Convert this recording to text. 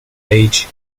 age